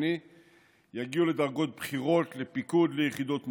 יגיעו לדרגות בכירות, לפיקוד ביחידות מובחרות,